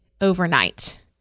overnight